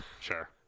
Sure